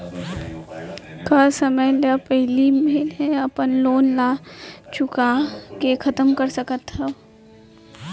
का समय ले पहिली में अपन लोन ला चुका के खतम कर सकत हव?